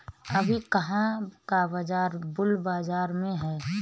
अभी कहाँ का बाजार बुल बाजार में है?